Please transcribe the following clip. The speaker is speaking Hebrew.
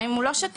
גם אם הוא לא שתה,